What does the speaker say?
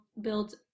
build